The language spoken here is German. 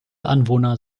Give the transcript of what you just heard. anwohner